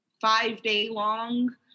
five-day-long